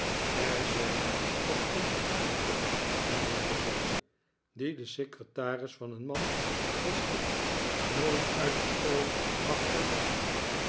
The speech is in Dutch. er zijn nog andere plichten mijnheer nickleby die de secretaris van een man als ik riooit uit het oog mag verliezen